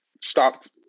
stopped